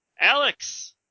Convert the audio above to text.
Alex